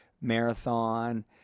marathon